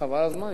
חבל על הזמן,